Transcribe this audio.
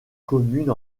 communes